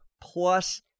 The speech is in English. plus